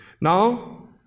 Now